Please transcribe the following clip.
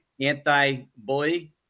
anti-bully